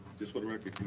just for the record,